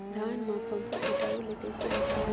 धान मां फम्फा कीटाणु ले कइसे बचाबो?